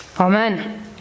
Amen